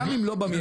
גם אם לא במיידי.